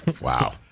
Wow